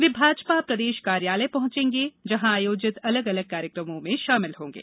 वह भाजपा प्रदेश कार्यालय पहंचेंगे जहां आयोजित अलग अलग कार्यक्रमों में शामिल होंगे